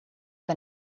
que